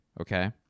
Okay